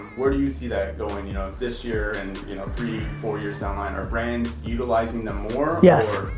where do you see that going you know this year and you know three, four years down the line? are brands utilizing them more? yes.